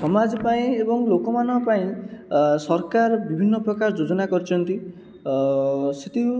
ସମାଜ ପାଇଁ ଏବଂ ଲୋକମାନଙ୍କ ପାଇଁ ସରକାର ବିଭିନ୍ନ ପ୍ରକାର ଯୋଜନା କରିଛନ୍ତି ସେଥିରୁ